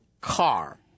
car